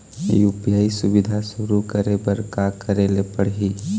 UPI सुविधा शुरू करे बर का करे ले पड़ही?